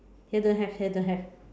here don't have here don't have